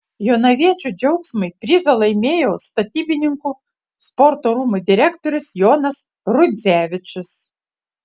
jonaviečių džiaugsmui prizą laimėjo statybininkų sporto rūmų direktorius jonas rudzevičius